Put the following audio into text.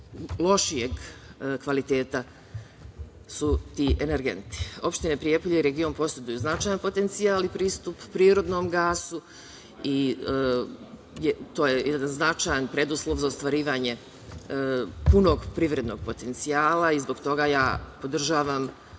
lošijeg kvaliteta su ti energenti. Opština Prijepolje i region poseduju značajan potencijal i pristup prirodnom gasu i to je jedan značajan preduslov za ostvarivanje punog privrednog potencijala. Zbog toga ja podržavam